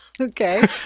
Okay